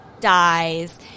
dies